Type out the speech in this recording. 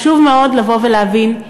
חשוב מאוד לבוא ולהבין: